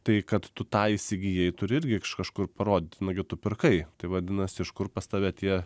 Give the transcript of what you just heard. tai kad tu tą įsigijai turi irgi kažkur paro nu gi tu pirkai tai vadinasi iš kur pas tave tie